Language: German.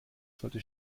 sollte